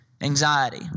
anxiety